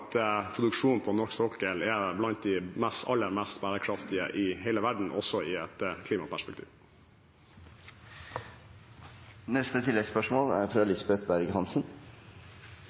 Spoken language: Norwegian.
produksjonen på norsk sokkel er blant de aller mest bærekraftige i hele verden, også sett i et